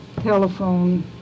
telephone